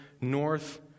north